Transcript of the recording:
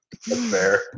fair